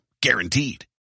Guaranteed